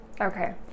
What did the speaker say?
okay